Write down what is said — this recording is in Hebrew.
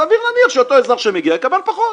סביר להניח שאותו אזרח שמגיע יקבל פחות.